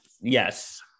yes